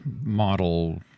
model